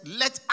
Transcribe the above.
let